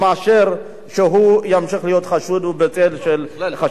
שהוא ימשיך להיות חשוד או בצל של חשד.